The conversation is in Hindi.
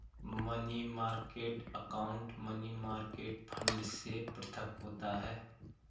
money market account money market fund से पृथक होता है